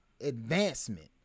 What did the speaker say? advancement